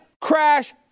crash